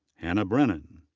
hannah brennan.